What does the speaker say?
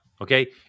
Okay